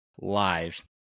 live